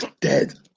Dead